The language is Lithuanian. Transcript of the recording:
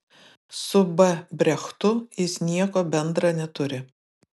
su b brechtu jis nieko bendra neturi